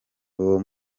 uwo